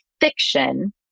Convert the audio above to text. fiction